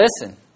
listen